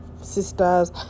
sisters